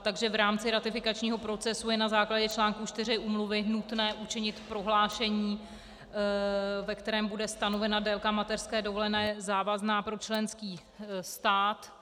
Takže v rámci ratifikačního procesu je na základě článku 4 úmluvy nutné učinit prohlášení, ve kterém bude stanovena délka mateřské dovolené závazná pro členský stát.